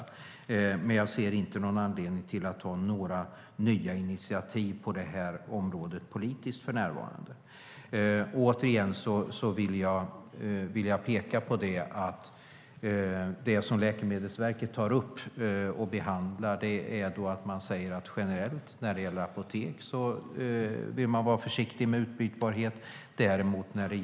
Men för närvarande ser jag inte någon anledning till att ta några nya politiska initiativ på det här området. Återigen vill jag peka på att det som Läkemedelsverket tar upp och behandlar är att generellt vill man vara försiktig med utbytbarhet när det gäller apotek.